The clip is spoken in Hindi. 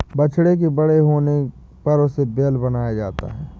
बछड़े के बड़े होने पर उसे बैल बनाया जाता है